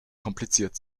kompliziert